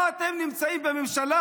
אז למה אתם נמצאים בממשלה